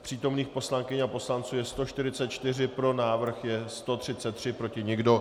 Přítomných poslankyň a poslanců je 144, pro návrh je 133, proti nikdo.